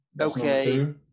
okay